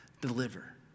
deliver